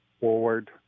forward